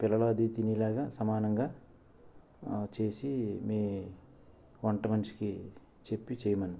పిల్లలు అది తినేలాగా సమానంగా చేసి మీ వంట మనిషికి చెప్పి చేయమనండి